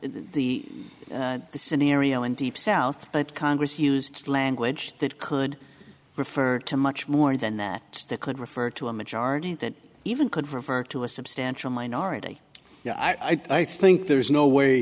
scenario in deep south but congress used language that could refer to much more than that that could refer to a majority that even could refer to a substantial minority i think there is no way